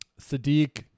Sadiq